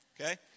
okay